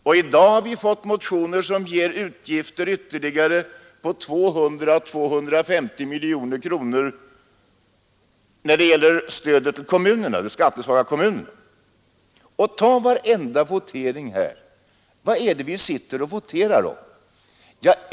Och i dag har avlämnats motioner i vilka begärts ytterligare utgifter på 200-250 miljoner kronor som avser stödet till de skattesvaga kommunerna. Se på varenda votering här! Vad är det vi sitter och voterar om?